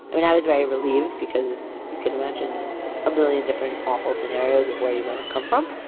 i mean i was very relieved, because you can imagine a million different awful scenarios of where you might have come from.